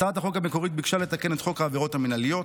הצעת החוק המקורית ביקשה לתקן את חוק העבירות המינהליות,